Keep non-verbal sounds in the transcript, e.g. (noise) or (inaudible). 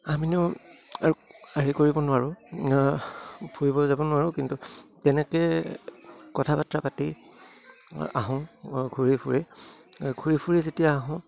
(unintelligible) আৰু হেৰি কৰিব নোৱাৰোঁ ফুৰিব যাব নোৱাৰোঁ কিন্তু তেনেকে কথা বাৰ্তা পাতি আহোঁ ঘূৰি ফুৰি ঘূৰি ফুৰি যেতিয়া আহোঁ